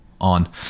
on